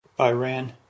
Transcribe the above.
Iran